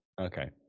Okay